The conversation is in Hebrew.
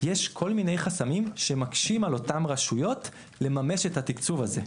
יש כל מיני חסמים שמקשים על אותם רשויות לממש את התקצוב הזה.